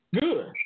Good